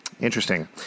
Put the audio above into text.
Interesting